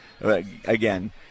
again